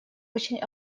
очень